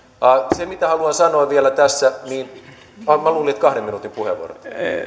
se mitä haluan sanoa vielä tässä minä luulin kahden minuutin puheenvuoro